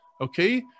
Okay